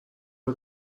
فکر